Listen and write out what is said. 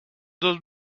dos